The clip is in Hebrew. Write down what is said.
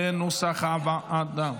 כנוסח הוועדה.